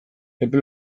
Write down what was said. epe